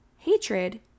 hatred